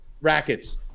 Rackets